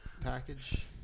package